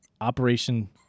operation